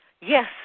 Yes